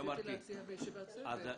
רציתי להציע בישיבת צוות.